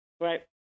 right